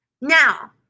Now